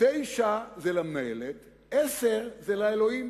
9 זה למנהלת, 10 זה לאלוהים.